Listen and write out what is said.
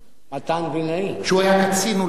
מתן וילנאי, כשהוא היה קצין, אולי.